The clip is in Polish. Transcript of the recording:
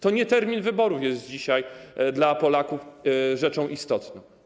To nie termin wyborów jest dzisiaj dla Polaków rzeczą istotną.